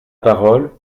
parole